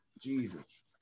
jesus